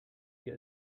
wir